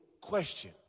Question